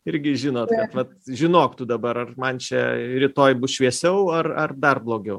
irgi žinot kad vat žinok tu dabar ar man čia rytoj bus šviesiau ar ar dar blogiau